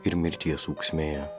ir mirties ūksmėje